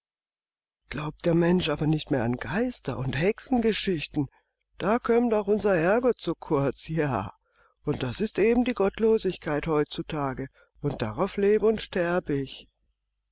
glaubt der mensch aber nicht mehr an die geister und hexengeschichten da kömmt auch unser herrgott zu kurz ja und das ist eben die gottlosigkeit heutzutage und darauf leb und sterb ich